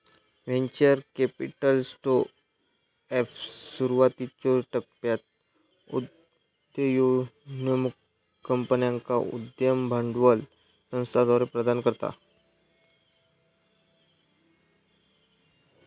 venture capital startups, सुरुवातीच्यो टप्प्यात उदयोन्मुख कंपन्यांका उद्यम भांडवल संस्थाद्वारा प्रदान करता